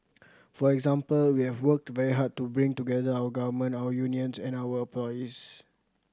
for example we have worked very hard to bring together our government our unions and our employees